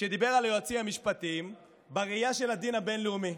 שדיבר על היועצים המשפטיים בראייה של הדין הבין-לאומי.